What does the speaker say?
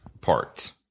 parts